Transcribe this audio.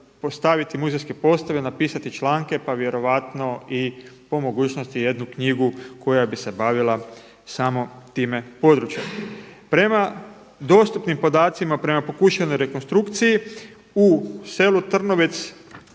postaviti muzejske postave, napisati članke pa vjerojatno i po mogućnosti jednu knjigu koja bi se bavila samo time područjem. Prema dostupnim podacima, prema pokušanoj rekonstrukciji u selu Trnovest